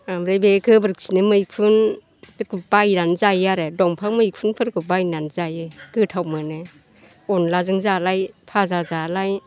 आमफ्राय बे गोबोरखिनि मैखुन बेफोरखौ बायनानै जायोआरो दंफां मैखुनफोरखौ बायनानै जायो गोथाव मोनो अनद्लाजों जालाय फाजा जालाय